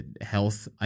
health